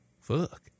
Fuck